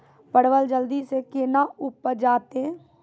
परवल जल्दी से के ना उपजाते?